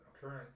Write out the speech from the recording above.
current